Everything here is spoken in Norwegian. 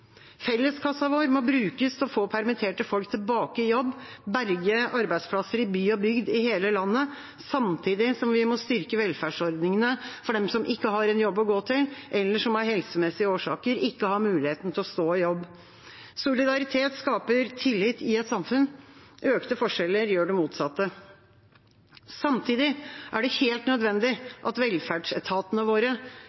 Felleskassa vår må brukes til å få permitterte folk tilbake i jobb og berge arbeidsplasser i by og bygd i hele landet, samtidig som vi må styrke velferdsordningene for dem som ikke har en jobb å gå til, eller som av helsemessige årsaker ikke har muligheten til å stå i jobb. Solidaritet skaper tillit i et samfunn. Økte forskjeller gjør det motsatte. Samtidig er det helt nødvendig